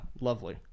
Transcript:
lovely